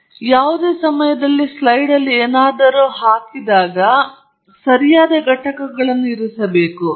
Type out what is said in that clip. ಆದ್ದರಿಂದ ನೀವು ಯಾವುದೇ ಸಮಯದಲ್ಲಿ ಸ್ಲೈಡ್ನಲ್ಲಿ ಏನಾದರೂ ಹಾಕಿದರೆ ನೀವು ಸರಿಯಾದ ಘಟಕಗಳನ್ನು ಇರಿಸಬೇಕು